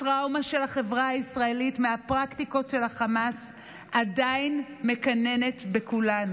הטראומה של החברה הישראלית מהפרקטיקות של החמאס עדיין מקננת בכולנו.